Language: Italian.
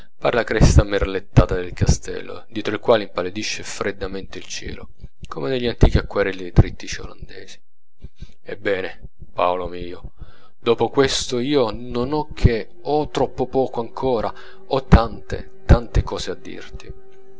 par la cresta merlettata del castello dietro il quale impallidisce freddamente il cielo come negli antichi acquarelli de trittici olandesi ebbene paolo mio dopo questo io non ho che o troppo poco ancora o tante tante cose a dirti